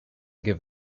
give